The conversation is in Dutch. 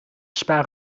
spa